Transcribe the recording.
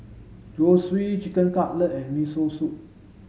Zosui Chicken Cutlet and Miso Soup